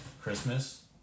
Christmas